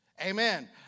Amen